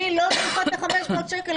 אני לא צריכה את ה-500 שקל,